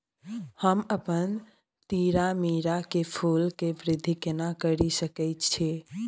हम अपन तीरामीरा के फूल के वृद्धि केना करिये सकेत छी?